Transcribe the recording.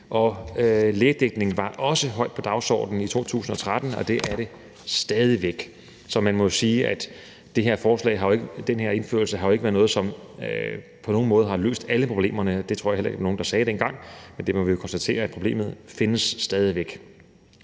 Og lægedækning var også højt på dagsordenen i 2013, og det er det stadig væk, så man må jo sige, at det her forslag jo ikke har været noget, som på nogen måde har løst alle problemerne, og det tror jeg heller nogen sagde dengang. Vi må konstatere, at problemet stadig væk